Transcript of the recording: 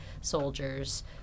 soldiers